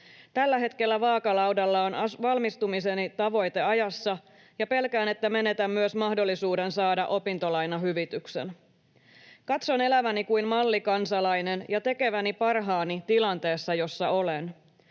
Tällä hetkellä vaakalaudalla on valmistumiseni tavoiteajassa, ja pelkään, että menetän myös mahdollisuuden saada opintolainahyvityksen. Katson eläväni kuin mallikansalainen ja tekeväni parhaani tilanteessa, jossa olen.